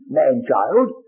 man-child